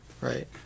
right